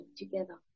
together